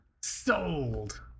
Sold